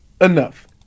Enough